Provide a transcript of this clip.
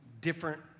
different